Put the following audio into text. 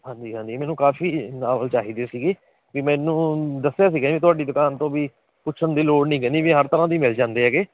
ਹਾਂਜੀ ਹਾਂਜੀ ਮੈਨੂੰ ਕਾਫੀ ਨਾਵਲ ਚਾਹੀਦੇ ਸੀਗੇ ਵੀ ਮੈਨੂੰ ਦੱਸਿਆ ਸੀਗਾ ਵੀ ਤੁਹਾਡੀ ਦੁਕਾਨ ਤੋਂ ਵੀ ਪੁੱਛਣ ਦੀ ਲੋੜ ਨਹੀਂ ਕਹਿੰਦੀ ਵੀ ਹਰ ਤਰ੍ਹਾਂ ਦੇ ਹੀ ਮਿਲ ਜਾਂਦੇ ਹੈਗੇ